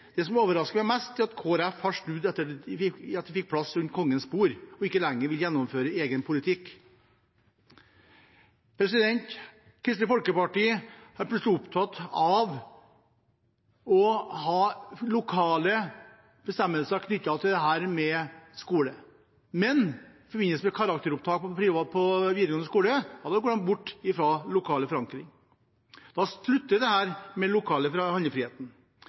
Det som overrasker meg mest, er at Kristelig Folkeparti har snudd etter at de fikk plass rundt Kongens bord, og ikke lenger vil gjennomføre egen politikk. Kristelig Folkeparti er plutselig opptatt av å ha lokale bestemmelser knyttet til dette med skole. Men i forbindelse med karakterbasert opptak på videregående skole har de gått bort fra lokal forankring. Da slutter dette med den lokale handlefriheten.